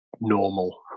normal